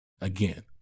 Again